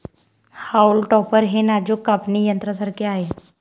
haulm topper हे नाजूक कापणी यंत्रासारखे आहे